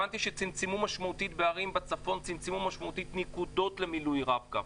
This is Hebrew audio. הבנתי שצמצמו משמעותית בערים בצפון נקודות למילוי רב-קו.